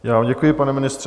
Já vám děkuji, pane ministře.